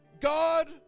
God